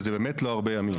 אין מדובר בימים רבים.